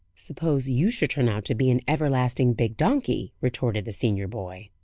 suppose you should turn out to be an everlasting big donkey? retorted the senior boy.